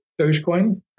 Dogecoin